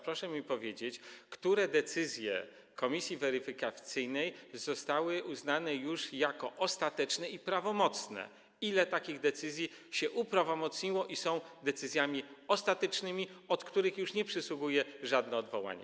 Proszę mi powiedzieć, które decyzje komisji weryfikacyjnej zostały uznane już za ostateczne i prawomocne, ile takich decyzji się uprawomocniło i jest decyzjami ostatecznymi, od których już nie przysługuje żadne odwołanie.